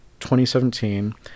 2017